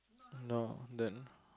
no then